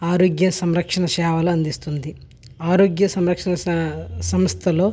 ఆరోగ్య సంరక్షణ సేవలు అందిస్తుంది ఆరోగ్య సంరక్షణ సంస్థలో